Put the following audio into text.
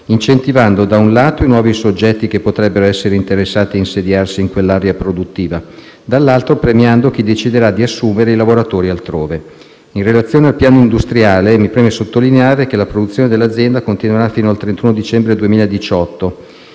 incentivando, da un lato, i nuovi soggetti che potrebbero essere interessati a insediarsi in quell'area produttiva e, dall'altro, premiando chi deciderà di assumere i lavoratori altrove. In relazione al piano industriale, mi preme sottolineare che la produzione dell'azienda continuerà fino al 31 dicembre 2018